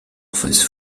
office